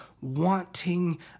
wanting